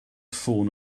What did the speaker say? ffôn